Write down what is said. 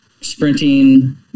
sprinting